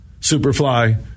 Superfly